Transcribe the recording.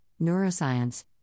neuroscience